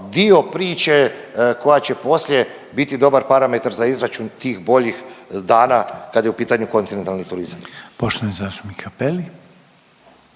dio priče koja će poslije biti dobar parametar za izračun tih boljih dana kada je u pitanju kontinentalni turizam. **Reiner, Željko